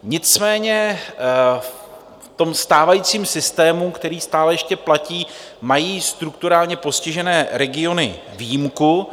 Nicméně v tom stávajícím systému, který stále ještě platí, mají strukturálně postižené regiony výjimku.